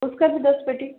उसका भी दस पेटी